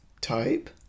Type